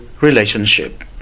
relationship